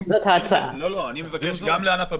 אני מבקש גם לענף הבנייה,